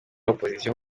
opposition